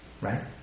Right